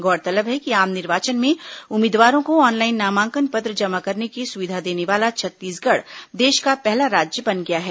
गौरतलब है कि आम निर्वाचन में उम्मीदवारों को ऑनलाइन नामांकन पत्र जमा करने की सुविधा देने वाला छत्तीसगढ़ देश का पहला राज्य बन गया है